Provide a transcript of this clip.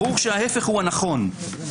ברור שההפך הוא הנכון.